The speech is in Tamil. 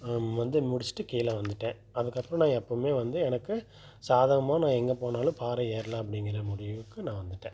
ஆ ம் வந்து முடித்துட்டு கீழே வந்துவிட்டேன் அதுக்கப்புறம் நான் எப்பவுமே வந்து எனக்கு சாதகமாக நான் எங்கே போனாலும் பாறை ஏறலாம் அப்படிங்குற முடிவுக்கு நான் வந்துவிட்டேன்